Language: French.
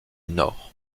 nord